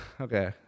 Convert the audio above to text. Okay